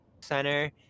center